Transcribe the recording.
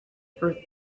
for